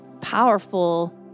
powerful